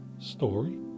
Story